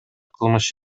кылмыш